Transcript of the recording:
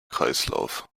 kreislauf